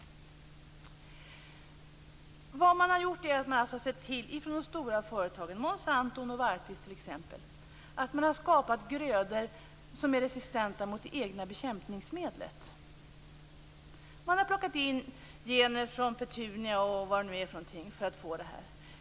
Vad man gjort är att man från de stora företagen skapat grödor som är resistenta mot det egna bekämpningsmedlet. Man har plockat in gener från bl.a. petunia för att få fram detta.